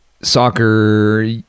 soccer